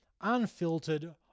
unfiltered